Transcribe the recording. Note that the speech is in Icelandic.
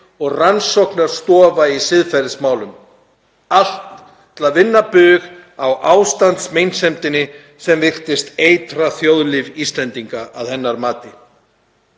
og rannsóknastofa í siðferðismálum. Allt til að vinna bug á ástandsmeinsemdinni sem virtist eitra þjóðlíf Íslendinga að hennar mati.